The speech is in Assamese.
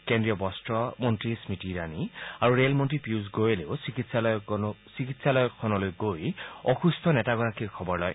কেন্দ্ৰীয় বস্ত্ৰী স্মৃতি ইৰাণী আৰু ৰেল মন্ত্ৰী পীয়ুষ গোৱেলেও চিকিৎসালয়খনলৈ গৈ অসুস্থ নেতাগৰাকীৰ খবৰ লয়